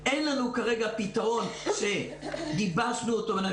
אין לנו כרגע פתרון שגיבשנו אותו ושאנחנו